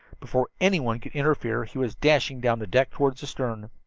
before anyone could interfere he was dashing down the deck toward the stern.